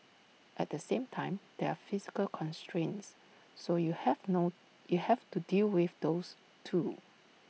at the same time there are physical constraints so you have no you have to deal with those too